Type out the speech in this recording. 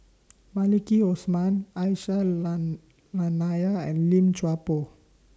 Maliki Osman Aisyah Lyana and Lim Chuan Poh